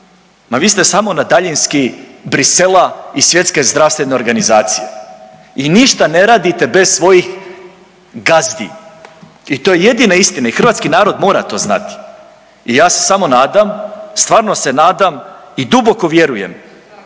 Ma vi ste samo na daljinski Bruxellesa i Svjetske zdravstvene organizacije i ništa ne radite bez svojih gazdi. I to je jedina istina i hrvatski narod mora to znati. I ja se samo nadam, stvarno se nadam i duboko vjerujem